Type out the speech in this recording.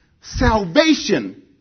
salvation